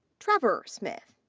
trevor smith.